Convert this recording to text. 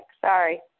Sorry